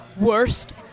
worst